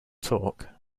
talk